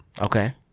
okay